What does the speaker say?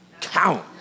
count